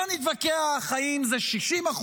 לא נתווכח אם זה 60%,